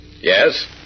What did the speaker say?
Yes